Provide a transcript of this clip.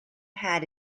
had